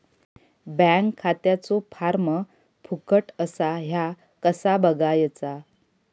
Bank खात्याचो form फुकट असा ह्या कसा बगायचा?